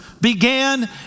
began